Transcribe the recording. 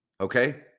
Okay